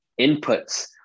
inputs